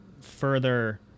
further